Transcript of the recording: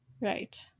Right